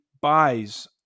buys